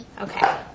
Okay